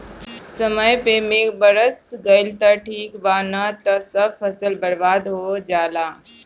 समय पे मेघ बरस गईल त ठीक बा ना त सब फसल बर्बाद हो जाला